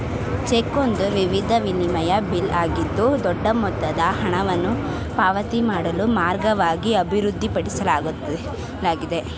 check ಒಂದು ವಿಧದ ವಿನಿಮಯ ಬಿಲ್ ಆಗಿದ್ದು ದೊಡ್ಡ ಮೊತ್ತದ ಹಣವನ್ನು ಪಾವತಿ ಮಾಡುವ ಮಾರ್ಗವಾಗಿ ಅಭಿವೃದ್ಧಿಪಡಿಸಲಾಗಿದೆ